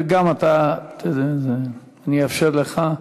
וגם אתה, אני אאפשר לך.